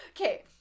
Okay